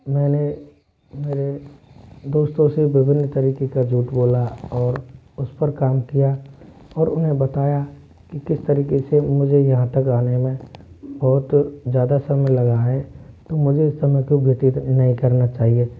मैंने मेरे दोस्तों से विभिन्न तरीक़े का झूठ बोला और उस पर काम किया और उन्हें बताया कि किस तरीक़े से मुझे यहाँ तक आने में बहुत ज़्यादा समय लगा है तो मुझे इस समय को व्यतीत नहीं करना चाहिए